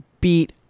beat